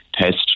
test